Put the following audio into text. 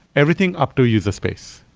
everything up to a user space,